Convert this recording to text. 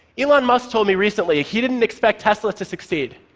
elon musk told me recently, he didn't expect tesla to succeed.